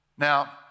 Now